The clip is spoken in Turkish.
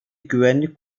güvenlik